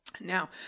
Now